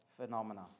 Phenomena